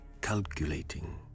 calculating